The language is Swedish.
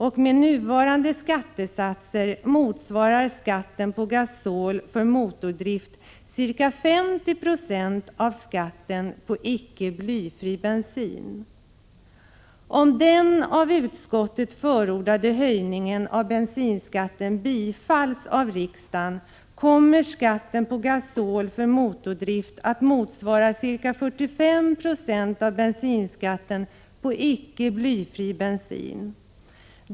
Och med nuvarande skattesatser motsvarar skatten på gasol för motordrift ca 50 96 av skatten på icke blyfri bensin. Om den av utskottet förordade höjningen av bensinskatten bifalls av riksdagen kommer skatten på gasol för motordrift att motsvara ca 45 20 av bensinskatten på icke blyfri bensin.